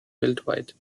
weltweit